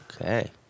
okay